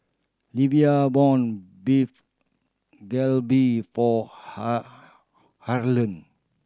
Livia Beef Galbi for Harlon